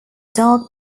dark